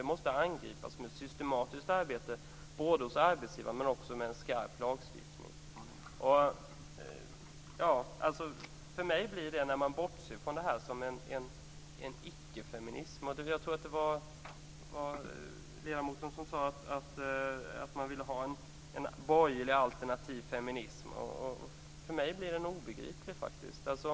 Den måste angripas med systematiskt arbete hos arbetsgivaren, men också med en skarp lagstiftning. När man bortser från detta blir det för mig en ickefeminism. Jag tror att det var ledamoten som sade att man ville ha en borgerlig alternativ feminism. För mig blir den faktiskt obegriplig.